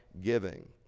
giving